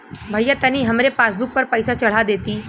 भईया तनि हमरे पासबुक पर पैसा चढ़ा देती